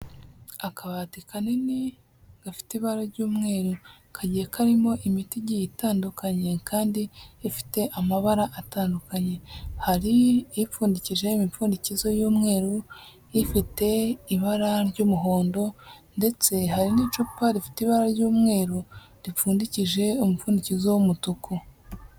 Akabati kanini gafite ibara ry'umweru, kagiye karimo imiti igiye itandukanye kandi ifite amabara atandukanye, hari ipfundikije imipfundikizo y'umweru, ifite ibara ry'umuhondo ndetse hari n'icupa rifite ibara ry'umweru ripfundikije umupfundikizo w'umutuku.